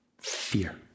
Fear